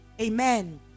Amen